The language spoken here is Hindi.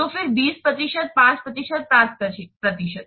तो फिर से 20 प्रतिशत 5 प्रतिशत 5 प्रतिशत